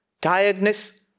tiredness